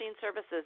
services